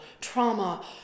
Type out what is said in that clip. trauma